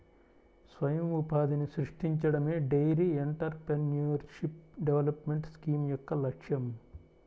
స్వయం ఉపాధిని సృష్టించడమే డెయిరీ ఎంటర్ప్రెన్యూర్షిప్ డెవలప్మెంట్ స్కీమ్ యొక్క లక్ష్యం